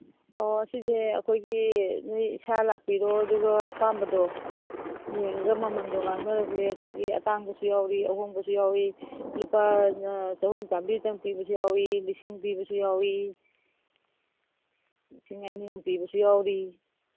ꯑꯣ ꯁꯤꯁꯦ ꯑꯩꯈꯣꯏꯒꯤ ꯅꯣꯏ ꯏꯁꯥ ꯂꯥꯛꯄꯤꯔꯣ ꯑꯗꯨꯒ ꯑꯄꯥꯝꯕꯗꯣ ꯌꯦꯡꯉꯒ ꯃꯃꯟꯗꯣ ꯉꯥꯡꯅꯔꯁꯦ ꯑꯩꯈꯣꯏꯒꯤ ꯑꯇꯥꯡꯕꯁꯨ ꯌꯥꯎꯔꯤ ꯑꯍꯣꯡꯕꯁꯨ ꯌꯥꯎꯋꯤ ꯂꯨꯄꯥ ꯆꯍꯨꯝ ꯆꯥꯝꯃꯔꯤꯇꯪ ꯄꯤꯕꯁꯨ ꯌꯥꯎꯋꯤ ꯂꯤꯁꯤꯡ ꯄꯤꯕꯁꯨ ꯌꯥꯎꯋꯤ ꯂꯤꯁꯤꯡ ꯑꯅꯤ ꯑꯍꯨꯝ ꯄꯤꯕꯁꯨ ꯌꯥꯎꯔꯤ